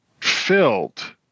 Filled